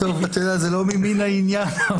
זה לא ממין העניין,